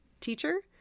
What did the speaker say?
teacher